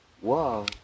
Wow